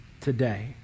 today